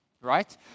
Right